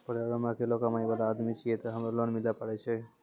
परिवारों मे अकेलो कमाई वाला आदमी छियै ते हमरा लोन मिले पारे छियै?